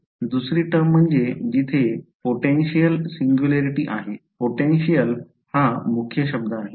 दुसरी टर्म म्हणजे जिथे पोटेंशियल सिंग्युलॅरिटी आहे पोटेंशियल हा मुख्यशब्द आहे